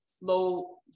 low